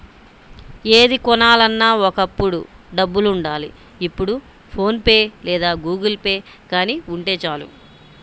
ఏది కొనాలన్నా ఒకప్పుడు డబ్బులుండాలి ఇప్పుడు ఫోన్ పే లేదా గుగుల్పే గానీ ఉంటే చాలు